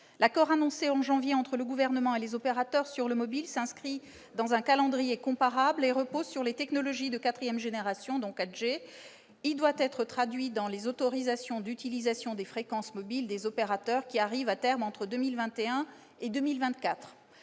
L'accord annoncé en janvier dernier entre le Gouvernement et les opérateurs sur la couverture mobile s'inscrit dans un calendrier comparable et repose sur les technologies de quatrième génération, ou 4G. Il doit être traduit dans les autorisations d'utilisation des fréquences mobiles des opérateurs, qui arrivent à terme entre 2021 et 2024.